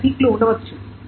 అనేక సీక్ లు ఉండవచ్చు